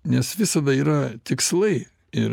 nes visada yra tikslai ir